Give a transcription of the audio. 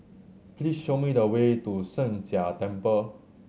please show me the way to Sheng Jia Temple